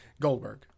Goldberg